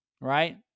right